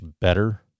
better